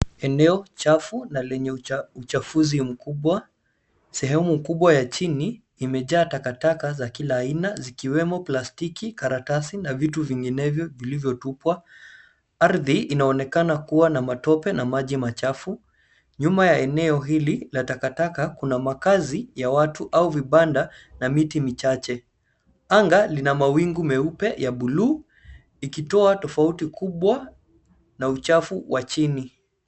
Eneo chafu na lenye uchafuzi mkubwa. Sehemu kubwa ya chini imejaa takataka za kila aina, zikiwemo plastiki, karatasi, na vitu vinginevyo vilivyotupwa. Ardhi inaonekana kuwa na matope na maji machafu. Nyuma ya eneo hili la takataka kuna makazi ya watu au vibanda na miti michache. Anga lina mawingu meupe ya buluu, ikitoa tofauti kubwa na uchafu wa chini.